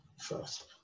first